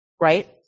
Right